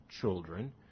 children